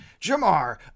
Jamar